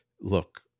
look